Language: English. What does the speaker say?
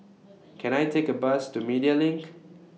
Can I Take A Bus to Media LINK